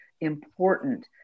important